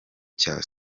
cya